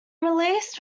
released